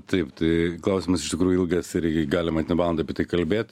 taip tai klausimas iš tikrųjų ilgas ir galima ten valandą apie tai kalbėt